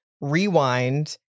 rewind